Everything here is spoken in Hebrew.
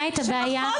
הגיוני.